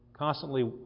Constantly